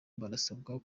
barasabwa